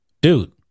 Dude